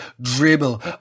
dribble